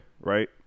right